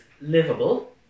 livable